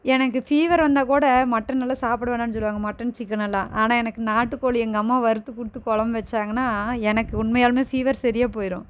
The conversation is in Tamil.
எனக்கு ஃபீவரு வந்தால் கூட மட்டனெல்லாம் சாப்பிட வேணாம் சொல்லுவாங்கள் மட்டன் சிக்கன் எல்லாம் ஆனால் எனக்கு நாட்டுக்கோழி எங்கள் அம்மா வறுத்து கொடுத்து கொழம்பு வச்சாங்கனா எனக்கு உண்மையாலுமே ஃபீவர் சரியாக போய்டும்